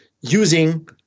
using